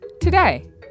Today